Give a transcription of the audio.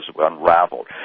unraveled